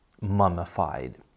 mummified